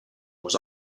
was